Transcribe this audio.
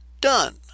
done